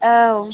औ